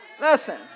Listen